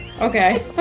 Okay